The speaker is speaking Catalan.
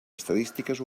estadístiques